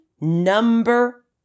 number